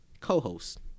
co-host